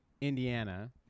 Indiana